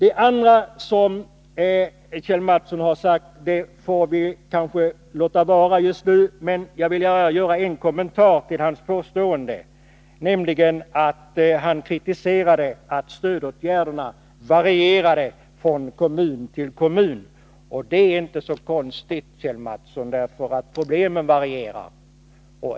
Vad Kjell Mattsson sade i övrigt får vi kanske låta vara just nu, men jag vil: Nr 118 gärna göra en kommentar till ett av hans påståenden. Han kritiserade att stödåtgärderna varierar från kommun till kommun. Men det är inte så konstigt, Kjell Mattsson, eftersom problemen varierar.